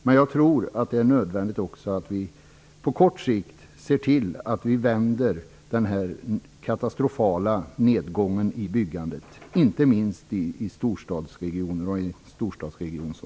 Men jag tror också att det är nödvändigt att vi på kort sikt ser till att vända denna katastrofala nedgång i byggandet - inte minst i en storstadsregion som